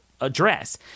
Address